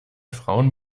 frauen